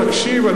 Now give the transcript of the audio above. תקשיב,